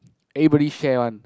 everybody share one